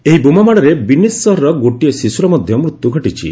ଏହି ବୋମାମାଡ଼ରେ ବିନିସ୍ ସହରର ଗୋଟିଏ ଶିଶୁର ମଧ୍ୟ ମୃତ୍ୟୁ ଘଟିଛି